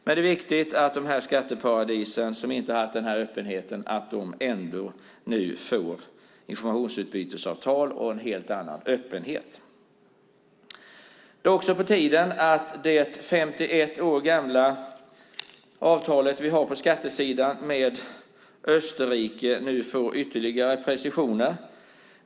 Det är viktigt att dessa skatteparadis som inte har haft denna öppenhet ändå får informationsutbytesavtal och en helt annan öppenhet. Det är också på tiden att det 51 år gamla avtalet vi har på skattesidan med Österrike nu får ytterligare preciseringar.